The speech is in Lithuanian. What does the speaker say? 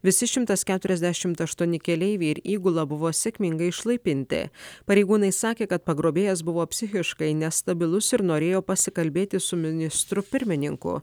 visi šimtas keturiasdešimt aštuoni keleiviai ir įgula buvo sėkmingai išlaipinti pareigūnai sakė kad pagrobėjas buvo psichiškai nestabilus ir norėjo pasikalbėti su ministru pirmininku